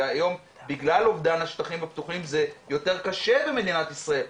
והיום בגלל אובדן השטחים הפתוחים זה יותר קשה במדינת ישראל,